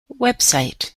website